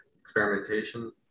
experimentation